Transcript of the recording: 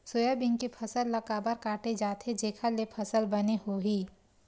Soybean के फसल ल काबर काटे जाथे जेखर ले फसल बने होही?